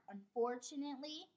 Unfortunately